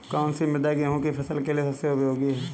कौन सी मृदा गेहूँ की फसल के लिए सबसे उपयोगी है?